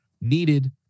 needed